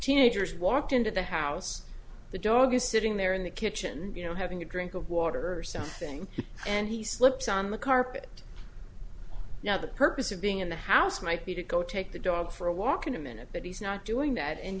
teenagers walked into the house the dog is sitting there in the kitchen you know having a drink of water or something and he slips on the carpet now the purpose of being in the house might be to go take the dog for a walk in a minute but he's not doing that and